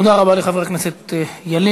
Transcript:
תודה רבה לחבר הכנסת ילין.